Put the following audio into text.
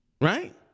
Right